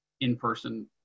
in-person